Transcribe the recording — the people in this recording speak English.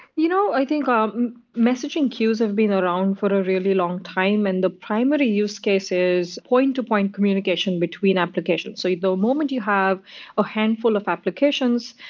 you know i think um messaging queues have been around for a really long time and the primary use case is point-to-point communication between applications. the so you know moment you have a handful of applications,